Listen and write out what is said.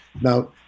now